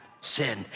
sin